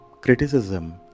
criticism